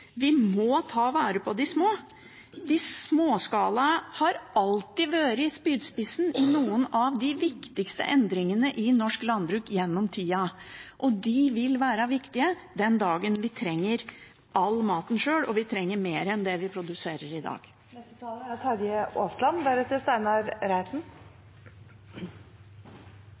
Vi må ta vare på de små. De småskala har alltid vært spydspissen i noen av de viktigste endringene i norsk landbruk gjennom tida, og de vil være viktige den dagen vi trenger all maten sjøl – og vi trenger mer enn det vi produserer i dag. Det å diskutere selvforsyningsgraden, som Stortinget nå er